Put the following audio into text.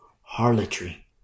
Harlotry